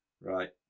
Right